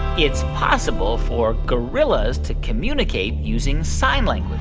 it's possible for gorillas to communicate using sign like